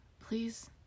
Please